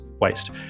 waste